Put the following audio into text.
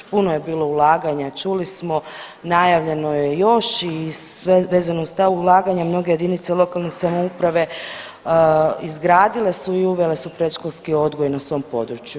Puno je bilo ulaganja čuli smo, najavljeno je još i vezano uz ta ulaganja mnoge jedinice lokalne samouprave izgradile su i uvele su predškolski odgoj na svom području.